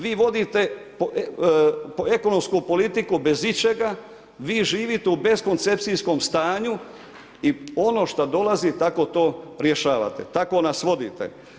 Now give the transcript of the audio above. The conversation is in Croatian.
Vi vodite ekonomsku politiku bez ičega, vi živite u beskoncepcijskom stanju i ono šta dolazi tako to rješavate, tako nas vodite.